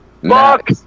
Fuck